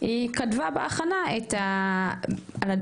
היא כתבה בהכנה